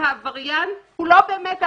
הבעיה היא כזו: בית המשפט לא עומד עכשיו